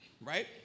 right